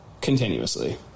continuously